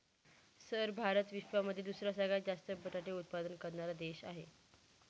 sir Bharat विश्वामध्ये दुसरा सगळ्यात जास्त बटाटे उत्पादन करणारा देश आहे